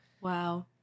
Wow